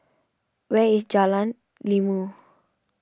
where is Jalan Ilmu